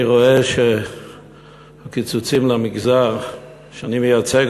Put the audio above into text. אני רואה שהקיצוצים למגזר שאני מייצג,